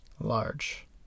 large